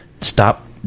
Stop